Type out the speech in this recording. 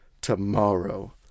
tomorrow